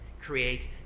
create